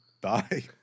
Bye